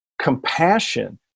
compassion